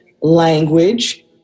language